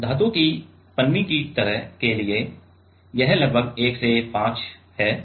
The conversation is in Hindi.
तो धातु की पन्नी की तरह के लिए यह लगभग 1 से 5 है